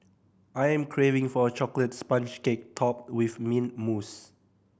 I am craving for a chocolate sponge cake topped with mint mousse